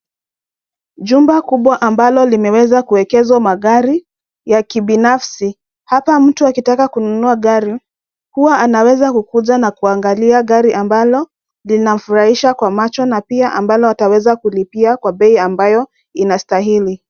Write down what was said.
Jumba kubwa ambalo limeweza kuegeshwa magari ya kibinafsi. Hapa mtu akitaka kununua gari, huwa anaweza kukuja na kuangalia gari ambalo linamfurahisha kwa macho na pia ambalo ataweza kulipia kwa bei ambayo inastahili.